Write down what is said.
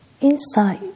inside